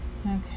okay